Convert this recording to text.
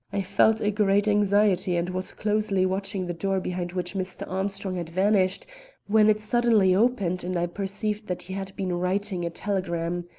i felt a great anxiety and was closely watching the door behind which mr. armstrong had vanished when it suddenly opened and i perceived that he had been writing a telegram.